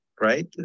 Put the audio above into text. right